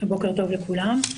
בוקר טוב לכולם.